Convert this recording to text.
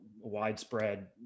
widespread